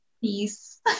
peace